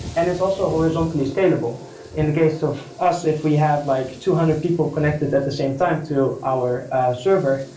and it's also horizontally scalable in the case of us, if we have like two hundred people connected at the same time to our server,